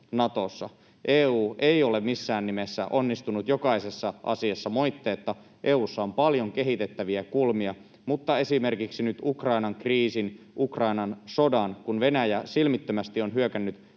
EU ei ole missään nimessä onnistunut jokaisessa asiassa moitteetta, EU:ssa on paljon kehitettäviä kulmia, mutta esimerkiksi nyt Ukrainan kriisissä, Ukrainan sodassa, kun Venäjä silmittömästi on hyökännyt Ukrainaan